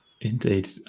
indeed